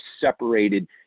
separated